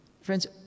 Friends